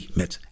met